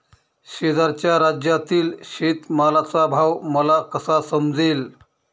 शेजारच्या राज्यातील शेतमालाचा भाव मला कसा समजेल?